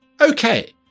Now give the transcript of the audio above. okay